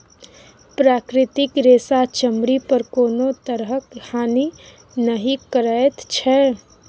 प्राकृतिक रेशा चमड़ी पर कोनो तरहक हानि नहि करैत छै